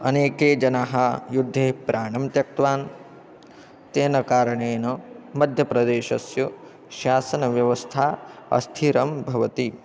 अनेकः जनः युद्धे प्राणं त्यक्तवान् तेन कारणेन मध्यप्रदेशस्य शासनव्यवस्था अस्थिरा भवति